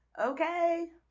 okay